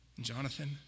Jonathan